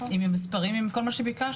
עם המספרים עם כל מה שבקשתם.